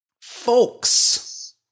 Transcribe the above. folks